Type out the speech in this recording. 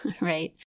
right